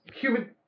human